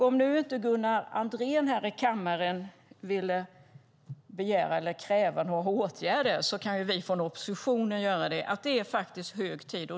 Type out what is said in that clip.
Om nu inte Gunnar Andrén här i kammaren vill begära eller kräva åtgärder kan vi från oppositionen göra det. Det är faktiskt hög tid.